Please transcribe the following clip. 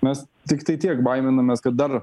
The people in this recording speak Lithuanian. mes tiktai tiek baiminamės kad dar